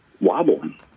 wobbling